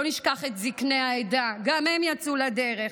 לא נשכח את זקני העדה, שגם הם יצאו לדרך,